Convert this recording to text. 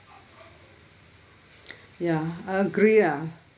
ya agree ya